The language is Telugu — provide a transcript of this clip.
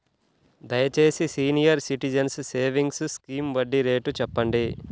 దయచేసి సీనియర్ సిటిజన్స్ సేవింగ్స్ స్కీమ్ వడ్డీ రేటు చెప్పండి